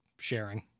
Sharing